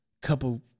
Couple